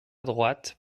droite